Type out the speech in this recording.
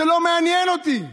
זה לא מעניין אותי בכלל.